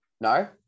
no